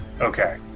okay